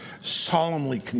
solemnly